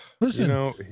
Listen